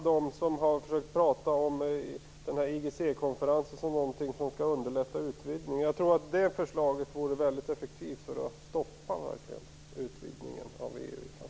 Många har pratat om IGC-konferensen som någonting som skall underlätta utvidgningen. Jag tror att det förslaget vore väldigt effektivt för att stoppa utvidgningen av EU i framtiden.